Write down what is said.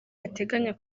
bateganya